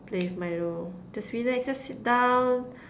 play with Milo just relax just sit down